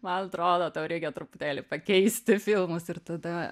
man atrodo tau reikia truputėlį keisti filmus ir tada